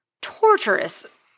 torturous